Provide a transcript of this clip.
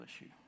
issue